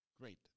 Great